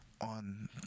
on